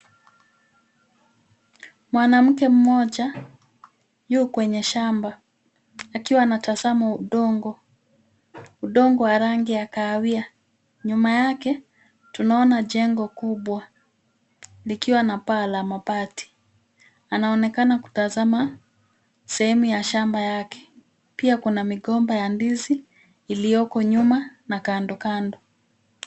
Mwanamke mmoja yu kwenye shamba akiwa anatazama udongo. Udongo wa rangi ya kahawia. Nyuma yake tunaona jengo kubwa likiwa na paa la mabati. Anaoenekana kutazama sehemu ya shamba yake. Pia kuna migomba ya ndizi iliyoko nyuma na kando kando.